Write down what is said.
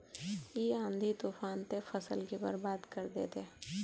इ आँधी तूफान ते फसल के बर्बाद कर देते?